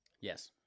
Yes